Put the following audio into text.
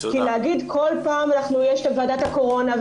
כי להגיד כל פעם יש את ועדת הקורונה,